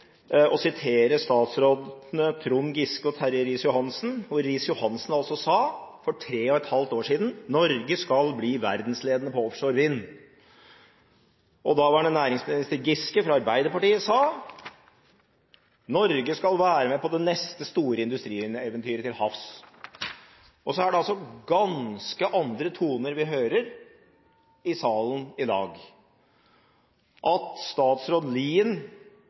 statsrådene Trond Giske og Terje Riis-Johansen. Terje Riis-Johansen sa altså for tre og et halvt år siden at Norge skal bli verdensledende på offshore vind. Og hva var det næringsminister Giske fra Arbeiderpartiet sa? «Norge skal være med på det neste store industrieventyret til havs.» Det er altså ganske andre toner vi hører i salen i dag.